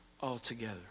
altogether